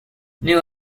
new